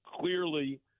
clearly